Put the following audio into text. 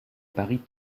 paris